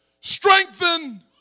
strengthen